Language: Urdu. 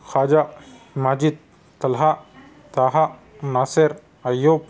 خواجہ ماجد طلحہ طٰہٰ ناصر ایوب